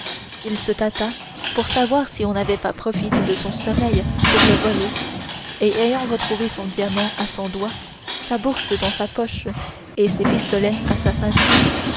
il se tâta pour savoir si on n'avait pas profité de son sommeil pour le voler et ayant retrouvé son diamant à son doigt sa bourse dans sa poche et ses pistolets à sa ceinture